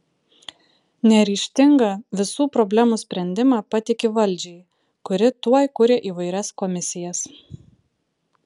neryžtinga visų problemų sprendimą patiki valdžiai kuri tuoj kuria įvairias komisijas